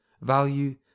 value